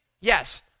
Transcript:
Yes